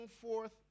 forth